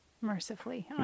mercifully